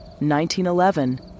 1911